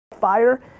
fire